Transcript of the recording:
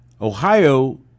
Ohio